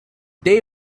day